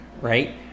right